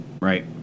Right